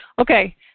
Okay